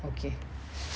okay